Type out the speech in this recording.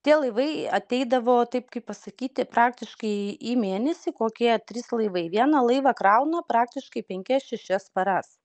tie laivai ateidavo taip kaip pasakyti praktiškai į mėnesį kokie trys laivai vieną laivą krauna praktiškai penkias šešias paras